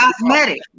cosmetic